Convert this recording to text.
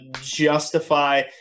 justify